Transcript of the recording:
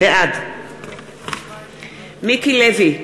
בעד מיקי לוי,